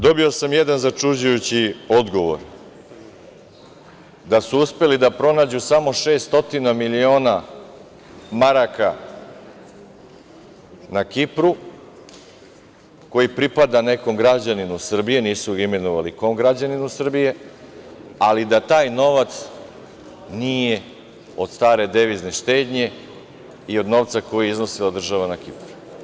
Dobio sam jedan začuđujući odgovor, da su uspeli da pronađu samo 600 miliona maraka na Kipru, koji pripada nekom građaninu Srbije, nisu imenovali kom građaninu Srbije, ali da taj novac nije od stare devizne štednje i od novca koji je iznosila država na Kipar.